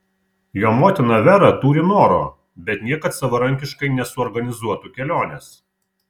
jo motina vera turi noro bet niekad savarankiškai nesuorganizuotų kelionės